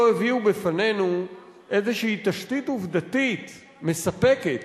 הביאו בפנינו איזו תשתית עובדתית מספקת